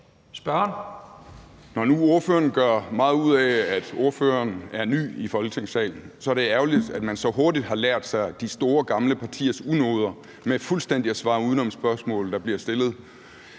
Når nu ordføreren gør meget ud af, at ordføreren er ny i Folketingssalen, så er det ærgerligt, at man så hurtigt har lært sig de store gamle partiers unoder med fuldstændig at svare udenom på de spørgsmål, der bliver stillet.